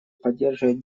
поддерживает